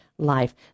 life